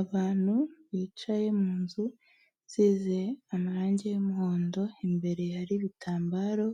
Abantu bicaye mu nzu isize amarangi y'umuhondo, imbere hari ibitambaro